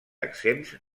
exempts